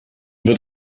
wird